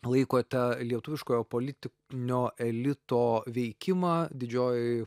laikote lietuviškojo politinio elito veikimą didžiojoj